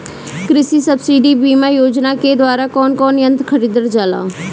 कृषि सब्सिडी बीमा योजना के द्वारा कौन कौन यंत्र खरीदल जाला?